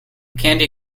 candy